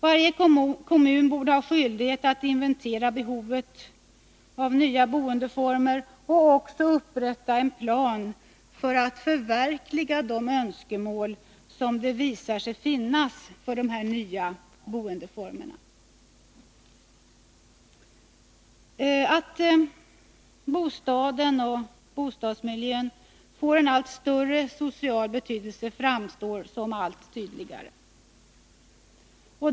Varje kommun borde ha skyldighet att inventera behovet av nya boendeformer och upprätta en plan för att förverkliga de önskemål som visar sig finnas när det gäller dessa nya boendeformer. Att bostaden och bostadsmiljön får en allt större social betydelse framstår allt tydligare.